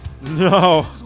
No